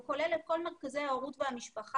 הוא כולל את כל מרכזי ההורות והמשפחה